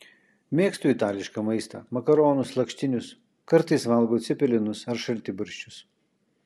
mėgstu itališką maistą makaronus lakštinius kartais valgau cepelinus ar šaltibarščius